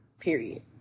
period